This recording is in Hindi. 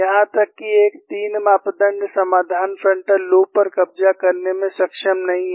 यहां तक कि एक 3 मापदण्ड समाधान फ्रंटल लूप पर कब्जा करने में सक्षम नहीं है